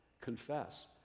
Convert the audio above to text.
confess